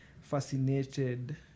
fascinated